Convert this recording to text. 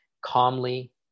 calmly